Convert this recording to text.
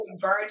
burn